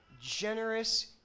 generous